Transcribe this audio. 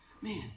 man